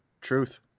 Truth